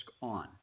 on